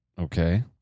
Okay